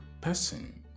person